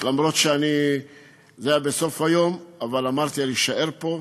אומנם זה בסוף היום, אבל אמרתי, אני אשאר פה,